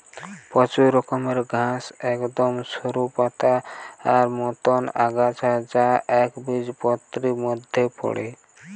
প্রচুর রকমের ঘাস একদম সরু পাতার মতন আগাছা যা একবীজপত্রীর মধ্যে পড়ে